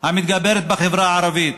המתגברת בחברה הערבית.